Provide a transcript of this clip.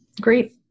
Great